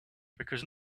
because